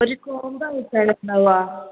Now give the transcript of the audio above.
ഒരു കോംമ്പോ ആയിട്ടല്ലെ ഉണ്ടാവുക